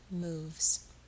moves